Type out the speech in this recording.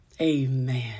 Amen